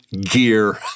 gear